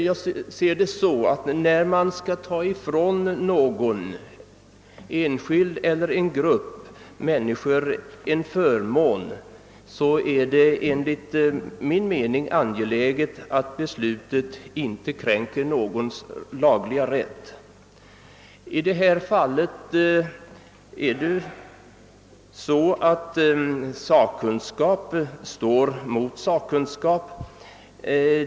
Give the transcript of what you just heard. Jag ser det så, att när man skall ta ifrån enskilda eller en grupp av männi skor en förmån är det angeläget att beslutet inte kränker någons lagliga rätt. I detta fall står sakkunskap mot sakkunskap.